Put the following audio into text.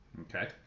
okay